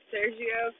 Sergio